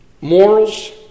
morals